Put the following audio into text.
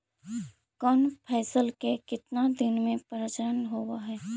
कौन फैसल के कितना दिन मे परजनन होब हय?